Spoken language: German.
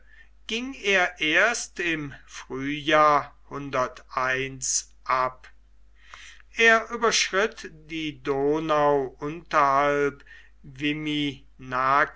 ging er erst im frühjahr ab er überschritt die donau unterhalb